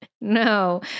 no